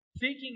seeking